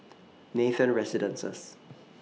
Nathan Residences